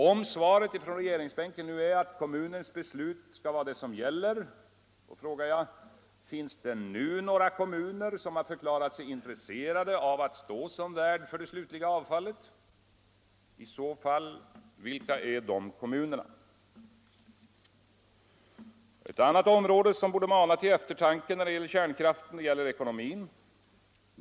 Om svaret från regeringsbänken är att kommunens beslut skall vara avgörande, då frågar jag: Finns det nu några kommuner som har förklarat sig intresserade att stå som värd för det slutliga avfallet och, i så fall, vilka är de kommunerna? Ett annat område som borde mana till eftertanke när det gäller kärnkraften gäller ekonomin.